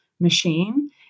machine